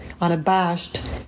unabashed